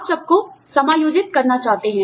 आप सबको समायोजित करना चाहते हैं